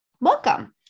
welcome